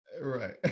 Right